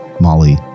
Molly